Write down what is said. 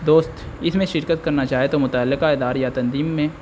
دوست اس میں شرکت کرنا چاہے تو متعلقہ ادارے یا تنظیم میں